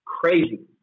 crazy